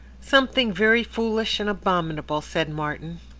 something very foolish and abominable, said martin.